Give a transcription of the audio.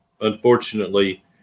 unfortunately